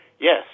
Yes